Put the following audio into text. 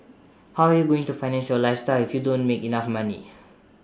how are you going to finance your lifestyle if you don't make enough money